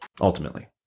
ultimately